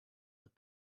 but